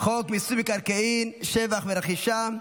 חוק מיסוי מקרקעין (שבח ורכישה)